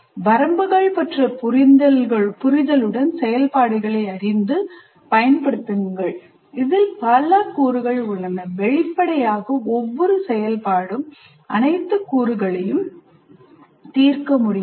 வரம்புகள் பற்றிய புரிதலுடன் செயல்பாடுகளை அறிந்து பயன்படுத்துங்கள் இதில் பல கூறுகள் உள்ளன வெளிப்படையாக ஒவ்வொரு செயல்பாடும் அனைத்து கூறுகளையும் தீர்க்க முடியாது